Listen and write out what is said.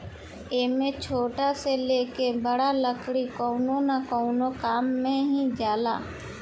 एमे छोट से लेके बड़ लकड़ी कवनो न कवनो काम मे ही जाला